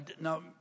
now